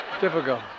Difficult